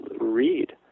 read